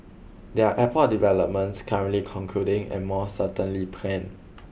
there are airport developments currently concluding and more certainly planned